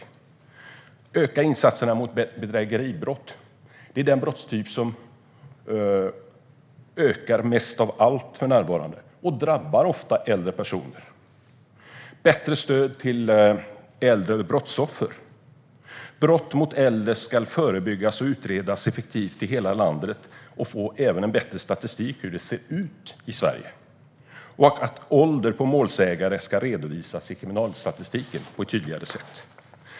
Först och främst bör vi öka insatserna mot bedrägeribrott. Det är den brottstyp som ökar mest av alla för närvarande, och dessa brott drabbar ofta äldre personer. Vi behöver också ge bättre stöd till äldre brottsoffer. Brott mot äldre ska förebyggas och utredas effektivt i hela landet, och vi ska även få bättre statistik över hur det ser ut i Sverige. Målsägarens ålder bör också redovisas på ett tydligare sätt i kriminalstatistiken.